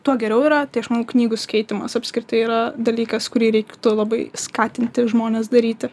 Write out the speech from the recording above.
tuo geriau yra tai aš manau knygų skaitymas apskritai yra dalykas kurį reiktų labai skatinti žmones daryti